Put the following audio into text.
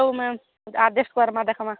ହଉ ma'am adjust କରିବା ଦେଖିବା